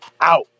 out